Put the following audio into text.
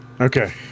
Okay